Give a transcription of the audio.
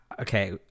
okay